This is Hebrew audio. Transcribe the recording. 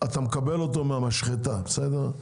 אתה מקבל אותו מהמשחטה, בסדר?